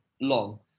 long